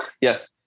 Yes